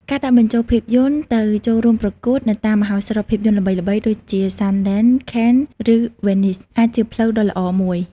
ការដាក់បញ្ជូនភាពយន្តទៅចូលរួមប្រកួតនៅតាមមហោស្រពភាពយន្តល្បីៗដូចជា Sundance, Cannes ឬ Venice អាចជាផ្លូវដ៏ល្អមួយ។